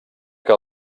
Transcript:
que